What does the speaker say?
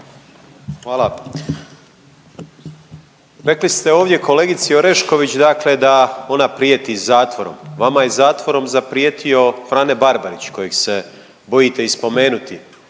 Hvala. Rekli ste ovdje kolegici Orešković, dakle da ona prijeti zatvorom. Vama je zatvorom zaprijetio Frane Barbarić kojeg se bojite i spomenuti,